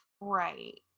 Right